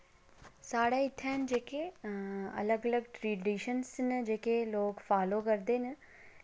साढ़े इत्थें जेह्के अलग अलग ट्रडीशन न जेह्के लोग फालो करदे न